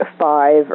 five